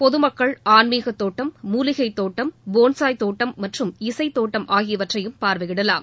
பொதுமக்கள் ஆன்மீகத் தோட்டம் மூலிகை தோட்டம் போன்சாய் தோட்டம் மற்றும் இசை தோட்டம் ஆகியவற்றையும் பார்வையிடலாம்